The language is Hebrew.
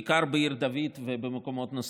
בעיקר בעיר דוד ובמקומות נוספים,